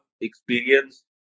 experience